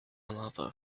another